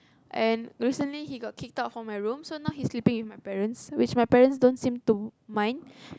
and recently he got kicked out from my room so now he's sleeping with my parents which my parents don't seem to mind